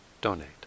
donate